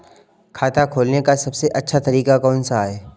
खाता खोलने का सबसे अच्छा तरीका कौन सा है?